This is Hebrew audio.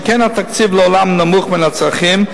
שכן התקציב לעולם נמוך מן הצרכים,